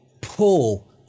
pull